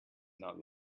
not